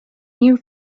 new